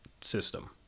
system